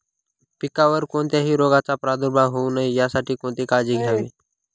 पिकावर कोणत्याही रोगाचा प्रादुर्भाव होऊ नये यासाठी कोणती काळजी घ्यावी?